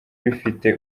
bifite